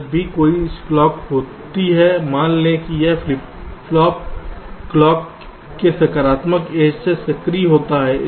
इसलिए जब भी कोई क्लॉक होती है मान लें कि यह फ्लिप फ्लॉप क्लॉक के सकारात्मक एज से सक्रिय होता है